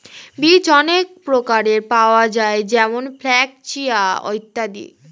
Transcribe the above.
বীজ অনেক প্রকারের পাওয়া যায় যেমন ফ্ল্যাক্স, চিয়া ইত্যাদি